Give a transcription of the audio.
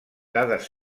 dades